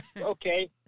okay